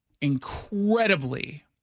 incredibly